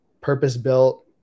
purpose-built